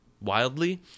wildly